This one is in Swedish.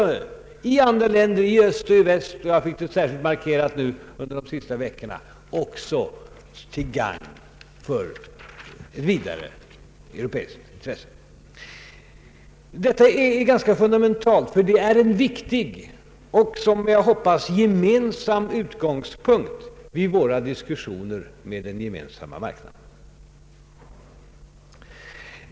Sveriges utrikesoch handelspolitik det i andra länder, i Öst och Väst — jag fick det särskilt markerat de senaste veckorna — också vara till gagn för vidare europeiska intressen. Detta är ganska fundamentalt — det är en viktig och som jag hoppas gemensam utgångspunkt vid våra diskussioner med den Gemensamma marknaden.